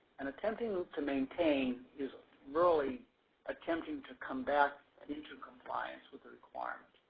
and attempting to maintain is really attempting to come back and into compliance with the requirement.